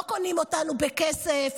לא קונים אותנו בכסף,